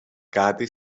κάτι